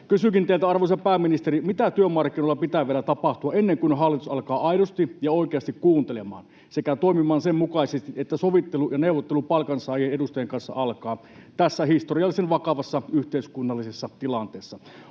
Kysynkin teiltä, arvoisa pääministeri: Mitä työmarkkinoilla pitää vielä tapahtua, ennen kuin hallitus alkaa aidosti ja oikeasti kuuntelemaan sekä toimimaan sen mukaisesti, että sovittelu ja neuvottelu palkansaajien edustajien kanssa alkaa tässä historiallisen vakavassa yhteiskunnallisessa tilanteessa?